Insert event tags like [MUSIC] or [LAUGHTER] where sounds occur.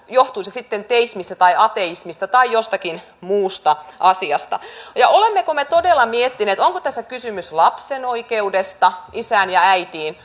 [UNINTELLIGIBLE] johtui se sitten teismistä tai ateismista tai jostakin muusta asiasta ja olemmeko me todella miettineet onko tässä kysymys lapsen oikeudesta isään ja äitiin [UNINTELLIGIBLE]